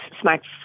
smart